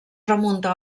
remunta